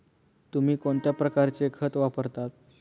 तुम्ही कोणत्या प्रकारचे खत वापरता?